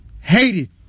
hated